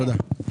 תודה.